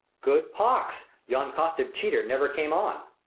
good pox! yond' costive cheater never came on.